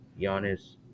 Giannis